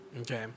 Okay